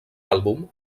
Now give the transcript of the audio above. àlbum